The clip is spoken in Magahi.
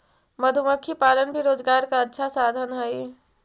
मधुमक्खी पालन भी रोजगार का अच्छा साधन हई